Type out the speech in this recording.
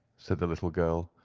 said the little girl.